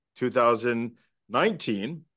2019